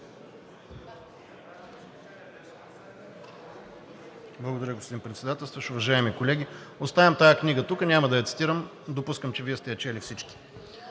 Благодаря, господин Председателстващ. Уважаеми колеги! Оставям тази книга тук. Няма да я цитирам. Допускам, че Вие всички